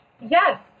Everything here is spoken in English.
Yes